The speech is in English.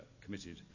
committed